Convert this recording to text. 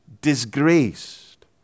disgraced